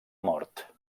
mort